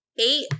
eight